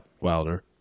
Wilder